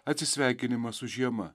atsisveikinimą su žiema